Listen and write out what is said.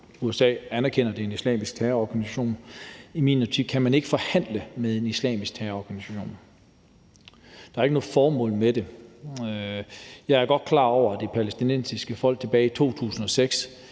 USA anerkender, at det er en islamisk terrororganisation, og i min optik kan man ikke forhandle med en islamisk terrororganisation; der er ikke noget formål med det. Jeg er godt klar over, at det palæstinensiske folk tilbage i 2006